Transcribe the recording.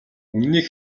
үнэнийг